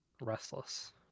Restless